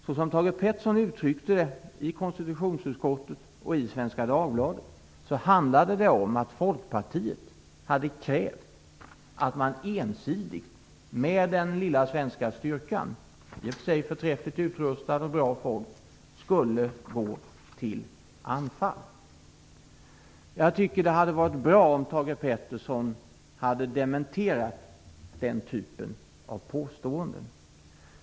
Såsom Thage Peterson uttryckte det i konstitutionsutskottet och i Svenska Dagbladet hade Folkpartiet krävt att man ensidigt skulle gå till anfall med den lilla svenska styrkan, i och för sig förträffligt utrustad och i bra form. Jag tycker att det hade varit bra om Thage Peterson hade dementerat den typen av påståenden.